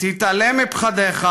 תתעלם מפחדיך,